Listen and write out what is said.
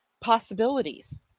possibilities